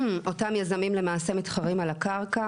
אותם יזמים למעשה מתחרים על הקרקע,